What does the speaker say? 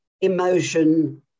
emotion